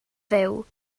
fyw